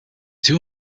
two